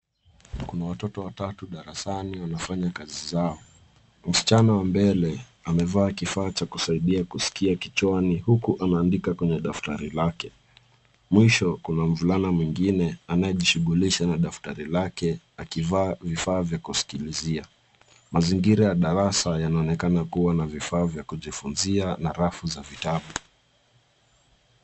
Kuna watoto watatu darasani wanafanya kazi zao. Msichana wa mbele amevaa kifaa cha kusaidia kusikia kichwani, huku anaandika kwenye daftari lake. Mwisho, kuna mvulana mwingine anajishughulisha na daftari lake, akivaa vifaa vya kusikilizia. Mazingira ya darasa yanaonekana kuwa na vifaa vya kujifunzia na rafu za vitabu.